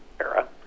era